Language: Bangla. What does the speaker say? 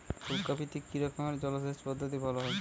ফুলকপিতে কি রকমের জলসেচ পদ্ধতি ভালো হয়?